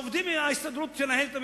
ושההסתדרות תנהל את המפעלים.